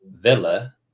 Villa